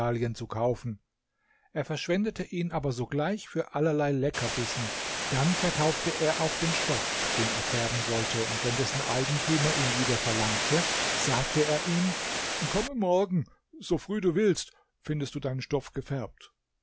zu kaufen er verschwendete ihn aber sogleich für allerlei leckerbissen dann verkaufte er auch den stoff den er färben sollte und wenn dessen eigentümer ihn wieder verlangte sagte er ihm komme morgen so früh du willst findest du deinen stoff gefärbt